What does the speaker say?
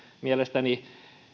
mielestäni